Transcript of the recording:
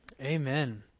Amen